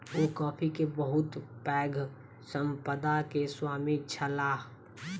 ओ coffee के बहुत पैघ संपदा के स्वामी छलाह